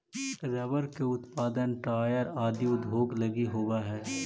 rubber के उत्पादन tyre आदि उद्योग लगी होवऽ हइ